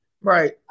Right